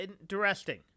interesting